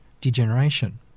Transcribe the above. degeneration